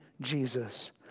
Jesus